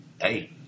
hey